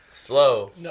Slow